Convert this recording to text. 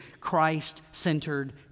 Christ-centered